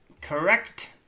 Correct